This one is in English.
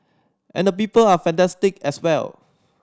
and the people are fantastic as well